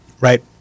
Right